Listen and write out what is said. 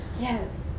Yes